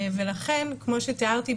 ולכן כמו שתיארתי,